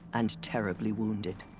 and terribly wounded.